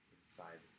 inside